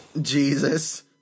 Jesus